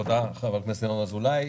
תודה, חבר הכנסת ינון אזולאי.